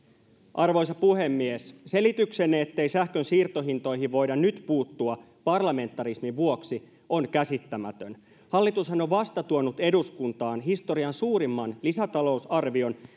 arvoisa puhemies selityksenne ettei sähkön siirtohintoihin voidaan nyt puuttua parlamentarismin vuoksi on käsittämätön hallitushan on on vasta tuonut eduskuntaan historian suurimman lisätalousarvion